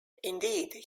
indeed